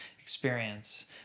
experience